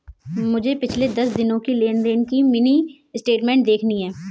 मुझे पिछले दस दिनों की लेन देन की मिनी स्टेटमेंट देखनी है